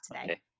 today